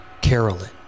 Carolyn